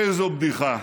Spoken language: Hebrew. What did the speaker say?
איזו בדיחה.